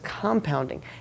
compounding